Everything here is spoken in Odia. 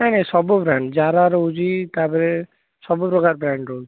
ନାହିଁ ନାହିଁ ସବୁ ବ୍ରାଣ୍ଡ ଜାରା ରହୁଛି ତା'ପରେ ସବୁ ପ୍ରକାର ବ୍ରାଣ୍ଡ ରହୁଛି